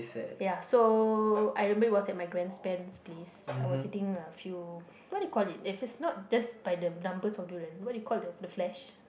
ya so I remember it was my grandparent's place I was sitting uh few what you call it if it's not just by the numbers of durian what do you call the the flesh